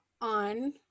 on